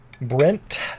Brent